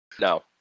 No